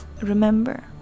remember